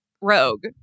rogue